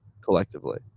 collectively